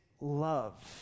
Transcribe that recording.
love